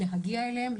להגיע אליהם,